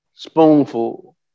Spoonful